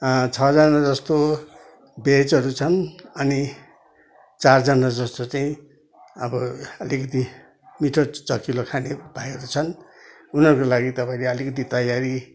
छजना जस्तो भेजहरू छन् अनि चारजना जस्तो चाहिँ अब अलिकति मिठो चखिलो खाने भाइहरू छन् उनीहरूको लागि तपाईँले अलिकति तयारी